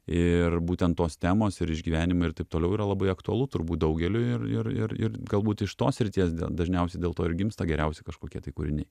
ir būtent tos temos ir išgyvenimai ir taip toliau yra labai aktualu turbūt daugeliui ir ir ir ir galbūt iš tos srities dėl dažniausiai dėl to ir gimsta geriausi kažkokie tai kūriniai